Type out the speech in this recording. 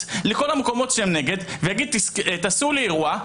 לכל המקומות שהם נגד ויגיד: תעשו לי אירוע,